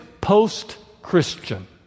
post-Christian